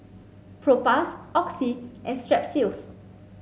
Propass Oxy and Strepsils